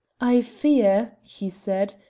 i fear, he said,